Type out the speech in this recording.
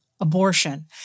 abortion